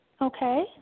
Okay